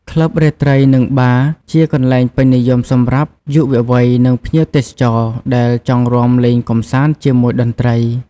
ក្លឹបរាត្រី និងបារ ជាកន្លែងពេញនិយមសម្រាប់យុវវ័យ និងភ្ញៀវទេសចរ ដែលចង់រាំលេងកម្សាន្តជាមួយតន្ត្រី។